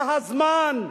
זה הזמן,